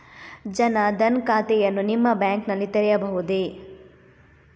ಜನ ದನ್ ಖಾತೆಯನ್ನು ನಿಮ್ಮ ಬ್ಯಾಂಕ್ ನಲ್ಲಿ ತೆರೆಯಬಹುದೇ?